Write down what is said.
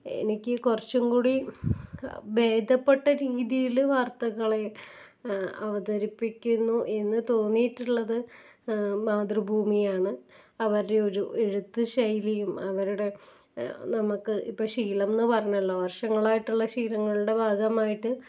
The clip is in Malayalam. എനിക്ക് കുറച്ചും കൂടി ഭേദപ്പെട്ട രീതിയിൽ വാർത്തകളെ അവതരിപ്പിക്കുന്നു എന്ന് തോന്നിയിട്ടുള്ളത് മാതൃഭൂമിയാണ് അവരുടെ ഒരു എഴുത്തുശൈലിയും അവരുടെ നമുക്ക് ഇപ്പോൾ ശീലം എന്നു പറഞ്ഞല്ലോ വർഷങ്ങളായിട്ടുള്ള ശീലങ്ങളുടെ ഭാഗമായിട്ട്